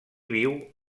viu